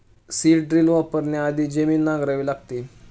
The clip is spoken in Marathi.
सीड ड्रिल वापरण्याआधी जमीन नांगरावी लागते